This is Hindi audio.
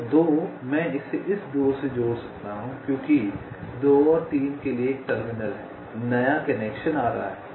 तो 2 मैं इसे इस 2 से जोड़ सकता हूँ क्योंकि 2 और 3 के लिए एक टर्मिनल है नया कनेक्शन आ रहा है